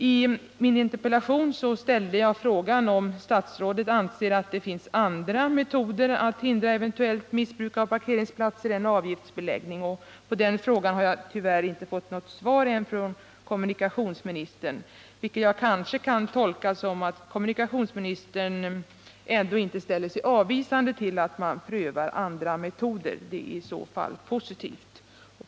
I min interpellation ställde jag frågan om statsrådet anser att det finns andra metoder att hindra eventuellt missbruk av parkeringsplatser än avgiftsbeläggning. På den frågan har jag tyvärr inte fått något svar från kommunikationsministern, vilket jag kanske kan tolka så att kommunikationsministern ändå inte ställer sig avvisande till att man prövar andra metoder. Det är i så fall positivt.